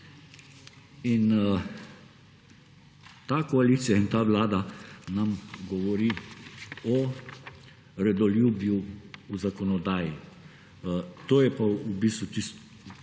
in ta koalicija in ta vlada nam govori o redoljubju v zakonodaji. To je pa v bistvu tisti